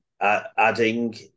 adding